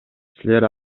силер